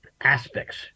aspects